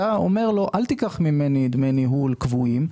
אתה אומר לו: אל תיקח ממני דמי ניהול קבועים,